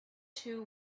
two